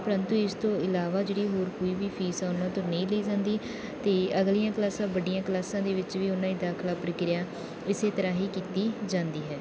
ਪਰੰਤੂ ਇਸ ਤੋਂ ਇਲਾਵਾ ਜਿਹੜੀ ਹੋਰ ਕੋਈ ਵੀ ਫੀਸ ਆ ਉਹਨਾਂ ਤੋਂ ਨਹੀਂ ਲਈ ਜਾਂਦੀ ਅਤੇ ਅਗਲੀਆਂ ਕਲਾਸਾਂ ਵੱਡੀਆਂ ਕਲਾਸਾਂ ਦੇ ਵਿੱਚ ਵੀ ਉਹਨਾਂ ਦੀ ਦਾਖਲਾ ਪ੍ਰਕਿਰਿਆ ਇਸ ਤਰ੍ਹਾਂ ਹੀ ਕੀਤੀ ਜਾਂਦੀ ਹੈ